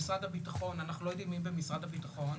אנחנו לא יודעים מי במשרד הביטחון,